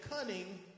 cunning